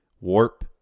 warp